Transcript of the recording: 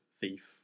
thief